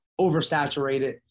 oversaturated